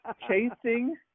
Chasing